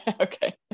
Okay